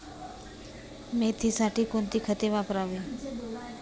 मेथीसाठी कोणती खते वापरावी?